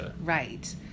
Right